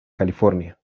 california